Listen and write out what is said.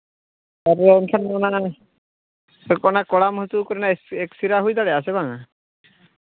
ᱟᱫᱚ ᱮᱱᱠᱷᱟᱱ ᱚᱱᱟ ᱪᱮᱫ ᱠᱚ ᱚᱱᱟ ᱠᱚᱲᱟᱢ ᱦᱟᱹᱥᱩ ᱠᱚᱨᱮᱱᱟᱜ ᱮᱹᱠᱥᱨᱮᱹ ᱦᱩᱭ ᱫᱟᱲᱮᱭᱟᱜᱼᱟ ᱥᱮ ᱵᱟᱝᱟ